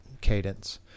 cadence